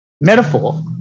metaphor